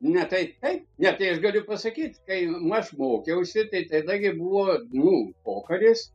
na tai taip ne tai aš galiu pasakyt kai aš mokiausi tai tada gi buvo nu pokaris